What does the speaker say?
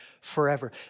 forever